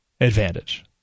advantage